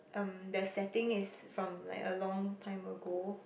um the setting is from like a long time ago